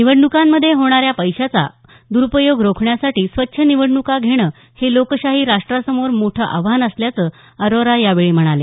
निवडण्कांमध्ये होणाऱ्या पैशाचा द्रुपयोग रोखण्यासाठी स्वच्छ निवडण्का घेणं हे लोकशाही राष्ट्रासमोर मोठं आव्हान असल्याचं अरोरा यावेळी म्हणाले